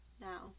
now